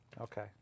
Okay